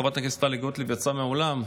חברת הכנסת טלי גוטליב יצאה מהאולם,